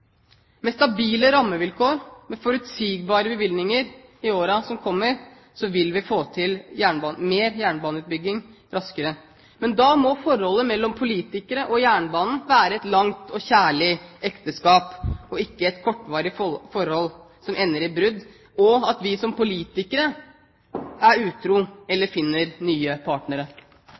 Med stabile rammevilkår, med forutsigbare bevilgninger i årene som kommer, vil vi få mer jernbaneutbygging raskere. Men da må forholdet mellom politikere og jernbanen være et langt og kjærlig ekteskap, ikke et kortvarig forhold som ender i brudd, eller at vi som politikere er utro eller finner nye partnere.